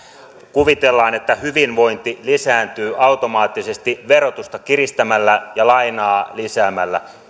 kuvitellaan että hyvinvointi automaattisesti lisääntyy verotusta kiristämällä ja lainaa lisäämällä